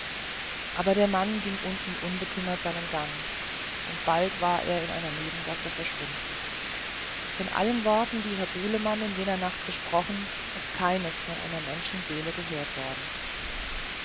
aber der mann ging unten unbekümmert seinen gang und bald war er in einer nebengasse verschwunden von allen worten die herr bulemann in jener nacht gesprochen ist keines von einer menschenseele gehört worden